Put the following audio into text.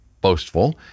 boastful